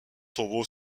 tombeau